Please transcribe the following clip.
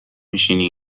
میشینی